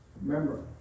remember